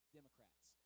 Democrats